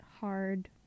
hard